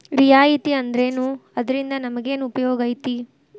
ರಿಯಾಯಿತಿ ಅಂದ್ರೇನು ಅದ್ರಿಂದಾ ನಮಗೆನ್ ಉಪಯೊಗೈತಿ?